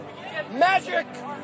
magic